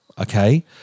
okay